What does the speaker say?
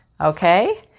Okay